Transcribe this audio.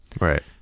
Right